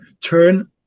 turn